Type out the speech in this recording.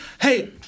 hey